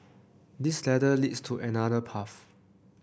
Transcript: this ladder leads to another path